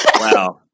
Wow